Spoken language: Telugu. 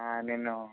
నేను